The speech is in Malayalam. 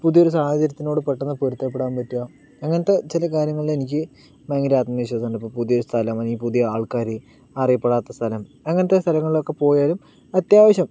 പുതിയൊരു സാഹചര്യത്തിനോട് പെട്ടെന്ന് പൊരുത്തപ്പെടാൻ പറ്റുക അങ്ങനത്തെ ചില കാര്യങ്ങൾ എനിക്ക് ഭയങ്കര ആത്മവിശ്വാസം ഉണ്ട് ഇപ്പോൾ പുതിയ സ്ഥലം അല്ലെങ്കിൽ പുതിയ ആൾക്കാര് അറിയപ്പെടാത്ത സ്ഥലം അങ്ങനത്തെ സ്ഥലങ്ങളിൽ ഒക്കെ പോയാലും അത്യാവശ്യം